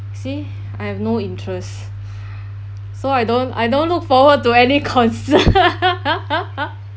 see I have no interest so I don't I don't look forward to any concert